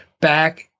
back